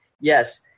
yes